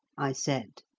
i said.